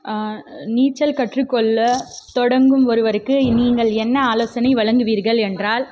நீச்சல் கற்றுக்கொள்ள தொடங்கும் ஒருவருக்கு நீங்கள் என்ன ஆலோசனை வழங்குவீர்கள் என்றால்